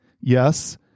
Yes